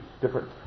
different